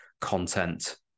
content